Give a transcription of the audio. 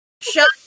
Shut